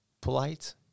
polite